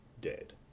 dead